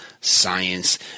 science